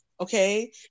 okay